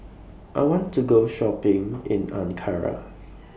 I want to Go Shopping in Ankara